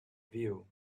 view